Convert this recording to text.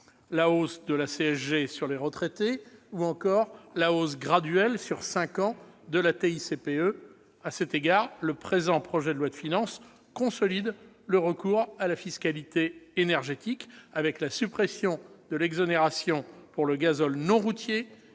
: hausse de la CSG sur les retraités ou encore hausse graduelle, sur cinq ans, de la TICPE. À cet égard, le présent projet de loi de finances consolide le recours à la fiscalité énergétique, avec la suppression de l'exonération pour le gazole non routier,